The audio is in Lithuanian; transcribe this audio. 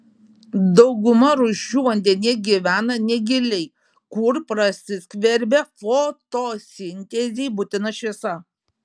dauguma rūšių vandenyje gyvena negiliai kur prasiskverbia fotosintezei būtina šviesa